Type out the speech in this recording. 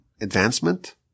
advancement